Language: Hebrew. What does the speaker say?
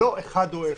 זה לא אחד או אפס,